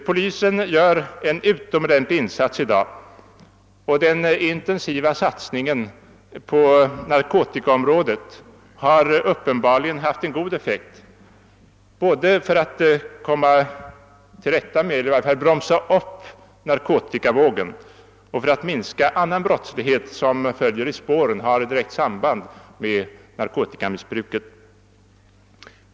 Polisen gör en utomordentlig insats i dag, och den intensiva satsningen på narkotikaområdet har uppenbarligen haft en god effekt både för att bromsa upp narkotikavågen och för att minska annan brottslighet som följer i spåren av och har direkt samband med narkotikamissbruket.